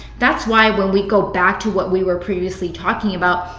that's why when we go back to what we were previously talking about,